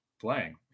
playing